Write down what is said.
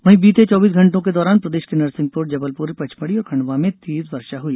वहीं बीते चौबीस घंटों के दौरान प्रदेश के नरसिंहपुर जबलपुर पचमढ़ी और खंडवा में तेज वर्षा हुई